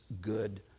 good